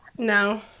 No